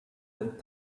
that